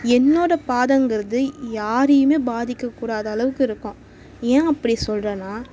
என்னோடய பாதைங்கிறது யாரையுமே பாதிக்கக்கூடாத அளவுக்கு இருக்கும் ஏன் அப்படி சொல்கிறேன்னா